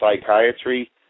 psychiatry